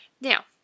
Now